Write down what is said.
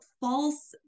false